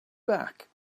back